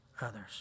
others